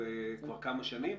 כבר כמה שנים?